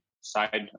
side